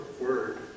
word